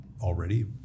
already